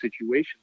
situation